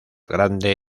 grande